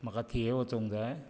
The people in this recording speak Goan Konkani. म्हाका थिये वचोंक जाय